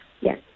yes